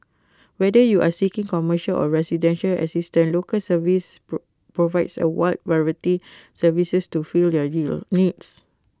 whether you are seeking commercial or residential assistance Local Service provides A wide variety services to fill your needs